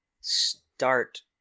start